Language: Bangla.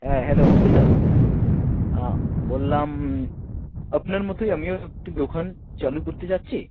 হ্যাঁ হ্যালো মুকুলদা বললাম আপনার মতোই আমিও একটু দোকান চালু করতে যাচ্ছি